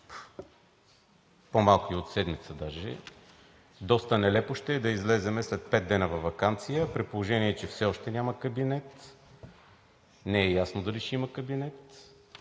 по-малко и от седмица даже и доста нелепо ще е да излезем след пет дни във ваканция, при положение че все още няма кабинет, не е ясно дали ще има кабинет